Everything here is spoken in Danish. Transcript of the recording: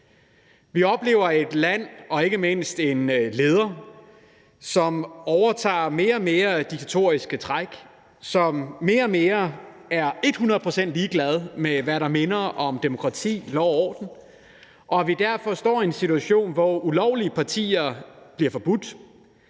Vi oplever et land og ikke mindst en leder, som får mere og mere diktatoriske træk, som mere og mere er et hundrede procent ligeglad med, hvad der minder om demokrati og lov og orden, og at vi derfor står i en situation, hvor partier bliver forbudt,